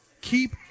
keep